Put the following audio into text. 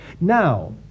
Now